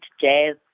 jazz